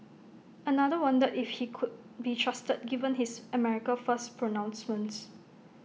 another wondered if he could be trusted given his America First pronouncements